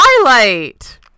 Twilight